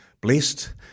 blessed